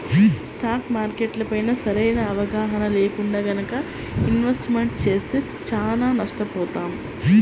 stock మార్కెట్లపైన సరైన అవగాహన లేకుండా గనక ఇన్వెస్ట్మెంట్ చేస్తే చానా నష్టపోతాం